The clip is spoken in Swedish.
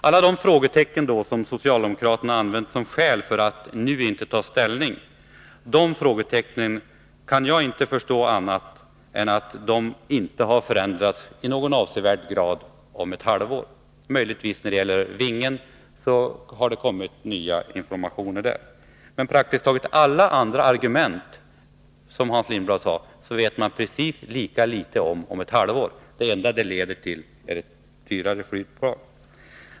Alla de frågetecken som socialdemokraterna åberopat som skäl för att nu inte ta ställning kan jag inte förstå på annat sätt än att det inte skulle bli någon avsevärd förändring på ett halvår. Möjligen har det när det gäller vingen kommit nya informationer. Men beträffande praktiskt taget alla andra argument, som Hans Lindblad sade, vet man precis lika litet om ett halvår. Det enda detta leder till är ett dyrare flygplan.